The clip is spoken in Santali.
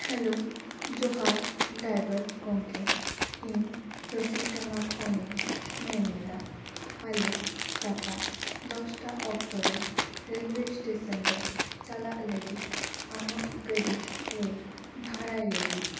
ᱦᱮᱞᱳ ᱡᱚᱦᱟᱨ ᱰᱟᱭᱵᱟᱨ ᱜᱚᱢᱠᱮ ᱤᱧ ᱨᱚᱥᱤᱠ ᱰᱟᱸᱜᱟ ᱠᱷᱚᱱᱤᱧ ᱢᱮᱱᱮᱫᱟ ᱟᱞᱮ ᱜᱟᱯᱟ ᱫᱚᱥᱴᱟ ᱚᱠᱛᱚ ᱨᱮ ᱨᱮᱹᱞ ᱚᱣᱮ ᱮᱥᱴᱮᱥᱮᱱ ᱨᱮ ᱪᱟᱞᱟᱜ ᱞᱟᱹᱜᱤᱫ ᱟᱢᱟᱜ ᱜᱟᱹᱰᱤ ᱞᱮ ᱵᱷᱟᱲᱟᱭ ᱞᱟᱹᱜᱤᱫ